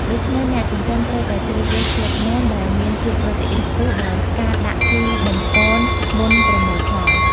ដូច្នេះអ្នកចិញ្ចឹមត្រូវតែជ្រើសរើសស្លឹកមន ដែលមានជាតិប្រូតេអ៊ីនខ្ពស់ ដោយការដាក់ជីបំប៉ុនមុនប្រមូលផល។